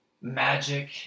magic